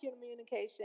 communication